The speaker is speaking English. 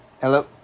Hello